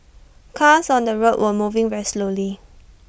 cars on the road were moving very slowly